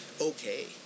okay